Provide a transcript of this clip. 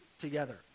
together